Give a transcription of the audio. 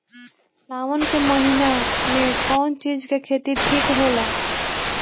सावन के महिना मे कौन चिज के खेती ठिक होला?